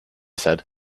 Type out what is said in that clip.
said